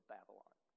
Babylon